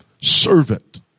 servant